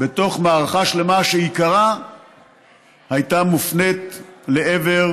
בתוך מערכה שלמה, שבעיקרה הייתה מופנית לעבר